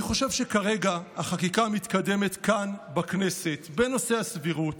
אני חושב שכרגע החקיקה המתקדמת כאן בכנסת בנושא הסבירות,